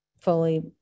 fully